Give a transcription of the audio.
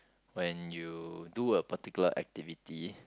when you do a particular activity